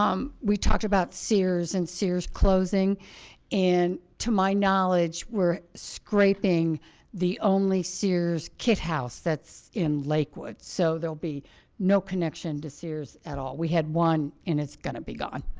um we talked about sears and sears closing and to my knowledge. we're scraping the only sears kit house that's in lakewood so there'll be no connection to sears at all. we had one and it's gonna be gone